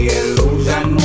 illusion